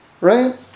Right